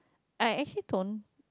I actually don't